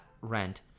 Rent